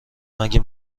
مگه